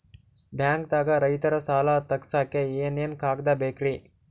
ಬ್ಯಾಂಕ್ದಾಗ ರೈತರ ಸಾಲ ತಗ್ಸಕ್ಕೆ ಏನೇನ್ ಕಾಗ್ದ ಬೇಕ್ರಿ?